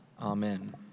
Amen